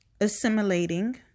Assimilating